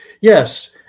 Yes